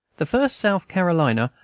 the first south carolina,